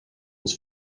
was